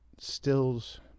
stills